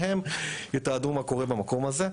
שהם יתעדו מה קורה במקום הזה.